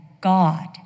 God